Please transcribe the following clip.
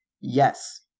yes